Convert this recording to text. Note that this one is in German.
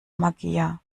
magier